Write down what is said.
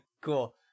Cool